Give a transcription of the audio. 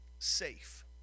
Safe